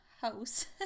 house